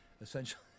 essentially